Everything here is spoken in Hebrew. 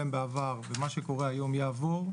עליהם בעבר ומה שקורה היום יעבור,